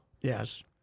Yes